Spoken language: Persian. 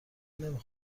نمی